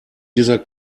dieser